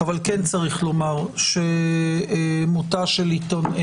אבל כן יש לומר שמותו של עיתונאי,